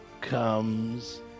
comes